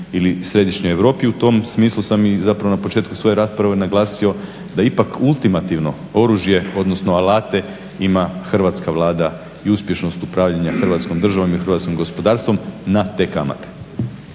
ili središnjoj Europi. U tom smislu sam zapravo na početku svoje rasprave naglasio da ipak ultimativno oružje, odnosno alate, ima Hrvatska Vlada i uspješnost upravljanja hrvatskom državom i hrvatskim gospodarstvom na te kamate.